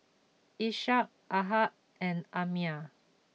Ishak Ahad and Ammir